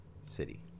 city